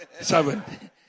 Seven